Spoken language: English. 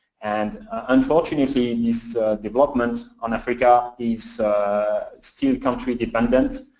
and unfortunately in these developments on africa, is still country dependent,